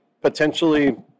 potentially